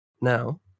now